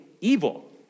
evil